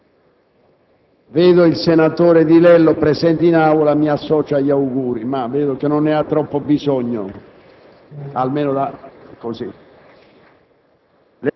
Vedo il senatore Di Lello presente in Aula, mi associo agli auguri, ma vedo che non ne ha troppo bisogno. *(Applausi